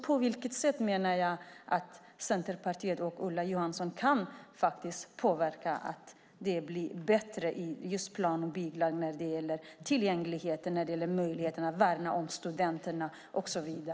På vilket sätt kan Centerpartiet och Ola Johansson påverka att plan och bygglagen blir bättre i fråga om tillgänglighet och möjligheten att värna om studenterna?